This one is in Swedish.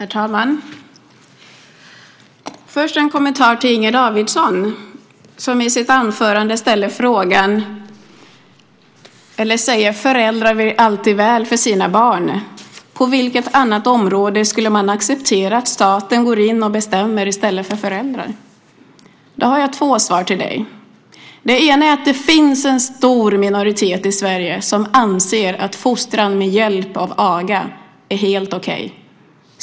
Herr talman! Jag har först en kommentar till Inger Davidson som i sitt anförande säger att föräldrar alltid vill sina barn väl. På vilket annat område skulle man acceptera att staten går in och bestämmer i stället för föräldrar? undrar hon. Jag har två svar till dig. Det ena är att det finns en stor minoritet i Sverige som anser att fostran med hjälp av aga är helt okej.